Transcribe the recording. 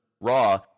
raw